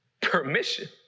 permission